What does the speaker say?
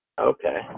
okay